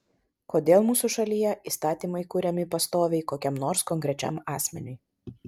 kodėl mūsų šalyje įstatymai kuriami pastoviai kokiam nors konkrečiam asmeniui